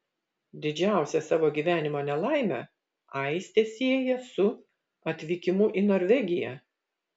didžiausią savo gyvenimo nelaimę aistė sieja su atvykimu į norvegiją